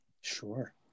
Sure